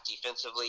defensively